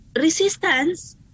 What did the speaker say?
resistance